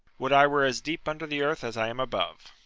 would i were as deep under the earth as i am above!